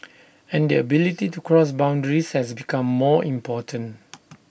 and the ability to cross boundaries has become more important